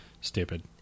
stupid